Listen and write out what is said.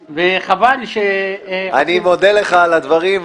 וחבל --- אני מודה לך על הדברים,